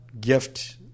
gift